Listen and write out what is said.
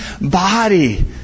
body